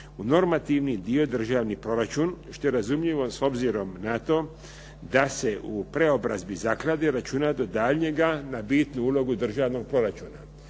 u normativni dio državni proračun, što je razumljivo s obzirom na to da se u preobrazbi zaklade računa do daljnjega na bitnu ulogu državnog proračuna.